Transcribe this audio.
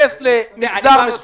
הרי איך מצ'פרים, מעניקים את המענק?